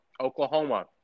Oklahoma